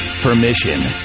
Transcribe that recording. Permission